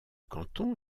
canton